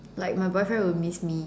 like my boyfriend will miss me